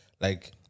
like-